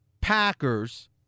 Packers